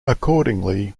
accordingly